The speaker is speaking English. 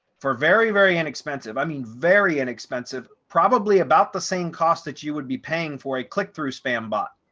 for a very, very inexpensive, i mean, very inexpensive, probably about the same cost that you would be paying for a click through spam bot,